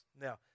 now